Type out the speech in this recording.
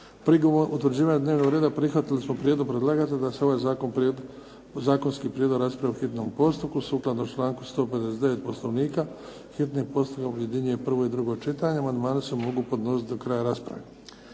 Prigodom utvrđivanja dnevnog reda prihvatili smo prijedlog predlagatelja da se ovaj zakonski prijedlog raspravi po hitnom postupku. Sukladno članku 159. Poslovnika hitni postupak objedinjuje prvo i drugo čitanje. Amandmani se mogu podnositi do kraja rasprave.